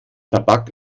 tabak